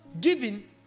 giving